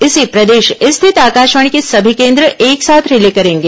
इसे प्रदेश स्थित आकाशवाणी के सभी केंद्र एक साथ रिले करेंगे